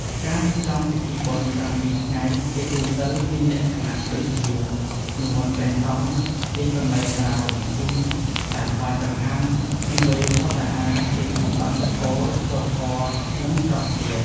ការរៀបចំពិធីបុណ្យប្រាំពីរថ្ងៃ ជាទូទៅមានលក្ខណៈដូចជា និមន្តព្រះសង្ឃ ទីកន្លែងប្រារព្ធពិធី ការថ្វាយចង្ហាន់ និងវេរភត្តាហារ ពិធីបង្សុកូល សូត្រធម៌ និង ស្រង់ធាតុ។